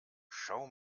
schau